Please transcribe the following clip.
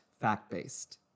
fact-based